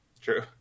True